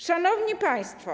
Szanowni Państwo!